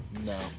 No